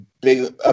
big